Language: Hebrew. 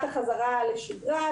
לקראת החזרה לשגרה,